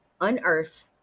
unearth